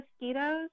mosquitoes